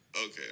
Okay